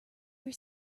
were